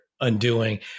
undoing